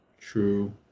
True